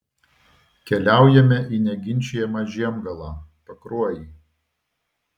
keliaujame į neginčijamą žiemgalą pakruojį